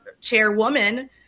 chairwoman